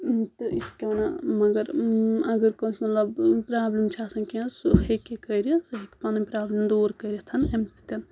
تہٕ اتھ کیٛاہ ونان مَگر اَگر کٲنٛسہِ مطلب پرابلِم چھُ آسان کینٛہہ سُہ ہیکہِ کٔرِتھ پنٕنۍ پرابلِم دوٗر کٔرِتھ امہِ سۭتۍ